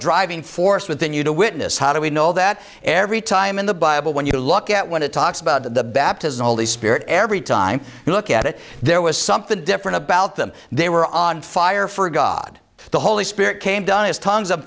driving force within you to witness how do we know that every time in the bible when you look at when it talks about the baptism of the spirit every time you look at it there was something different about them they were on fire for god the holy spirit came down is tongues of